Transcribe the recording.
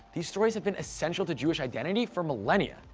these stories have been essential to jewish identity for millennia.